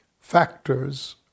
factors